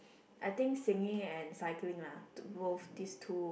I think singing and cycling lah two both these two